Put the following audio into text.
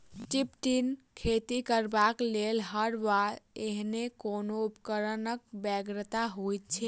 strip till खेती करबाक लेल हर वा एहने कोनो उपकरणक बेगरता होइत छै